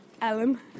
Alan